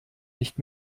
nicht